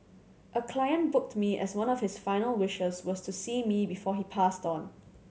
a client booked me as one of his final wishes was to see me before he passed on